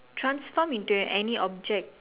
transform into any object